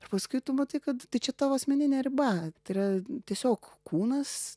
ir paskui tu matai kad tai čia tavo asmeninė riba tai yra tiesiog kūnas